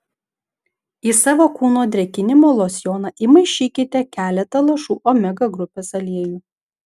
į savo kūno drėkinimo losjoną įmaišykite keletą lašų omega grupės aliejų